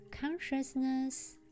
consciousness